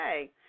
okay